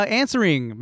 answering